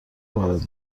وارد